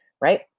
right